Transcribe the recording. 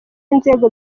inzego